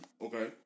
Okay